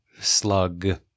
slug